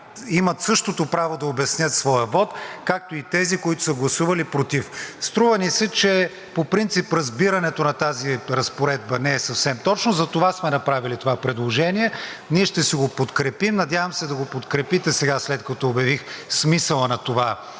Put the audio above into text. имат същото право да обяснят своя вот, както и тези, които са гласували против. Струва ни се, че по принцип разбирането на тази разпоредба не е съвсем точно, затова сме направили това предложение. Ние ще си го подкрепим. Надявам се да го подкрепите сега, след като обясних смисъла на това